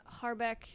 Harbeck